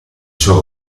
suo